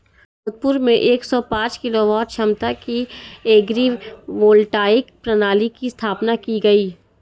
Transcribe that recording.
जोधपुर में एक सौ पांच किलोवाट क्षमता की एग्री वोल्टाइक प्रणाली की स्थापना की गयी